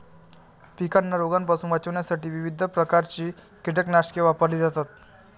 पिकांना रोगांपासून वाचवण्यासाठी विविध प्रकारची कीटकनाशके वापरली जातात